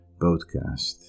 Podcast